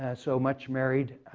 and so much married.